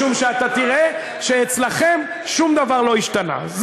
משום שאתה תראה שאצלכם שום דבר לא השתנה.